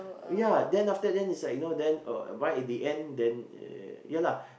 ya then after then it's like you know then uh right at the end then ya lah